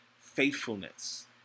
faithfulness